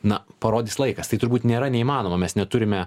na parodys laikas tai turbūt nėra neįmanoma mes neturime